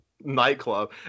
nightclub